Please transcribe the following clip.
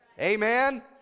Amen